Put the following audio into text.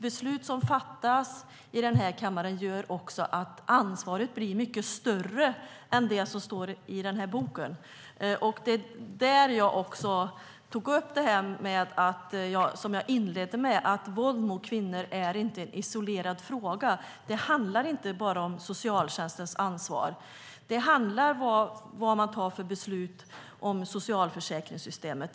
Beslut som fattas i denna kammare gör att ansvaret blir mycket större än det som anges i den bok som jag refererar till och här visar upp för kammaren. Jag inledde med att säga att våld mot kvinnor inte är en isolerad fråga. Det handlar inte bara om socialtjänstens ansvar. Det handlar också om vilka beslut man fattar beträffande socialförsäkringssystemet.